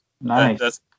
Nice